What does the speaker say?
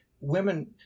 women